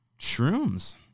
shrooms